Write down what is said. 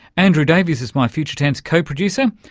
andrew davies is my future tense co-producer.